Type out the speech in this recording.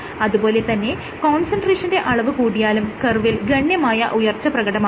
അതുപോലെ തന്നെ കോൺസെൻട്രേഷന്റെ അളവ് കൂടിയാലും കർവിൽ ഗണ്യമായ ഉയർച്ച പ്രകടമാകുന്നു